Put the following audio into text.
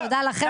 תודה לכם,